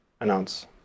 announce